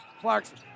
Clarkson